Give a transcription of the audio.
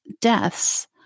deaths